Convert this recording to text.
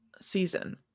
season